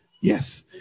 yes